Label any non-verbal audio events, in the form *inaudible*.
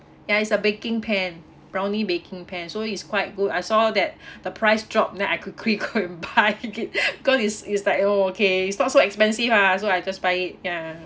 ya is a baking pan brownie baking pan so is quite good I saw that the price drop then I quickly go and buy *laughs* it *noise* because it's it's like okay it's not so expensive ah so I just buy it ya